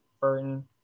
Burton